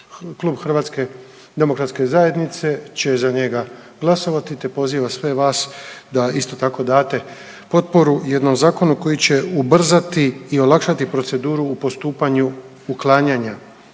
i nadasve koristan. Klub HDZ će za njega glasovati te poziva sve vas da isto tako date potporu jednom zakonu koji će ubrzati i olakšati proceduru u postupanju uklanjanja